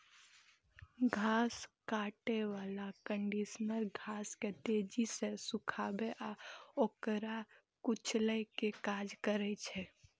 घास काटै बला कंडीशनर घास के तेजी सं सुखाबै आ ओकरा कुचलै के काज करै छै